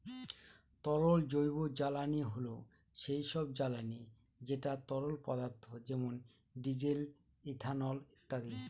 তরল জৈবজ্বালানী হল সেই সব জ্বালানি যেটা তরল পদার্থ যেমন ডিজেল, ইথানল ইত্যাদি